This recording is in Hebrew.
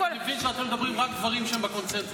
מבין שאתם מדברים רק על דברים שהם בקונסנזוס.